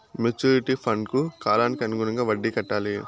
maturity ఫండ్కు కాలానికి అనుగుణంగా వడ్డీ కట్టాలి